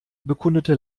bekundete